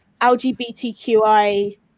lgbtqi